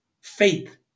faith